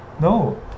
No